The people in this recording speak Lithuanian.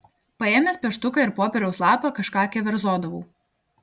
paėmęs pieštuką ir popieriaus lapą kažką keverzodavau